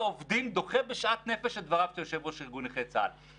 ותכף אגע כמה נקודות שנציג אותם ביום